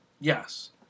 Yes